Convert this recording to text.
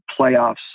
playoffs